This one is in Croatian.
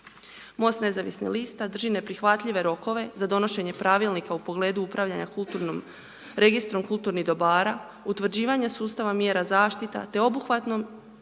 MOST nezavisnih lista drži neprihvatljive rokove za donošenje pravilnika u pogledu upravljanja kulturnom, registrom kulturnih dobara, utvrđivanja sustava mjera zaštita te obuhvatom